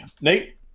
Nate